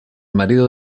marido